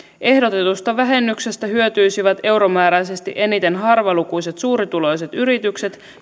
ehdotetusta vähennyksestä hyötyisivät euromääräisesti eniten harvalukuiset suurituloiset yritykset